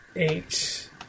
eight